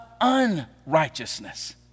unrighteousness